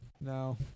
No